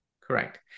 Correct